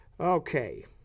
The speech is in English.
Okay